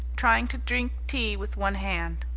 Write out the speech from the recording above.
trying to drink tea with one hand.